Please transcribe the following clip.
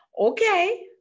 Okay